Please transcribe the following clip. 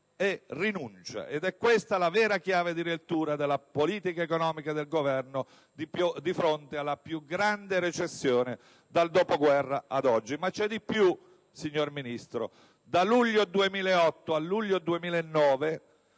e rinuncia: è questa la vera chiave di lettura della politica economica del Governo di fronte alla più grande recessione dal dopoguerra ad oggi. C'è di più, signor Ministro. Dal luglio 2008 al luglio 2009